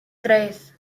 tres